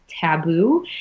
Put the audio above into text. taboo